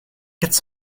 quatre